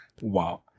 Wow